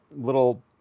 little